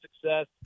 success